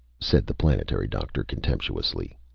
said the planetary doctor, contemptuously.